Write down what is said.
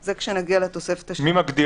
מים,